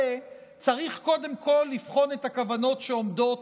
צריך קודם כול לבחון את הכוונות שעומדות